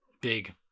Big